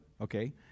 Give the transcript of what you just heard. okay